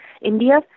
India